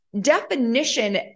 definition